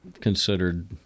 considered